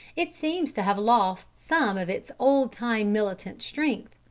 it seems to have lost some of its old-time militant strength,